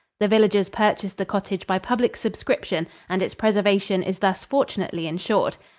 the villagers purchased the cottage by public subscription and its preservation is thus fortunately insured.